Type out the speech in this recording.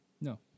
No